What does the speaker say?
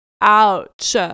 Ouch